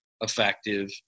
effective